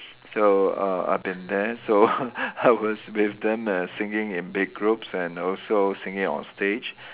so uh I've been there so I was with them err singing in big groups and also singing on stage